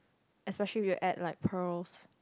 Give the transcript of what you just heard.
especially if you add like pearls